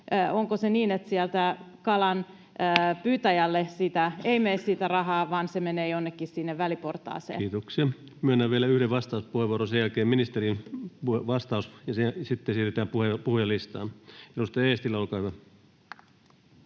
onko se niin, että kalanpyytäjälle ei mene siitä rahaa, vaan se menee jonnekin sinne väliportaaseen? Kiitoksia. — Myönnän vielä yhden vastauspuheenvuoron, sen jälkeen ministerin vastaus, ja sitten siirrytään puhujalistaan. — Edustaja Eestilä, olkaa hyvä.